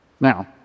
Now